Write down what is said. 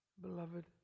beloved